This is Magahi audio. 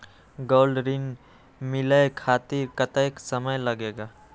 गोल्ड ऋण मिले खातीर कतेइक समय लगेला?